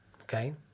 Okay